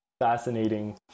fascinating